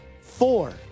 four